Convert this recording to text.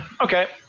Okay